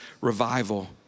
revival